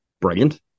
brilliant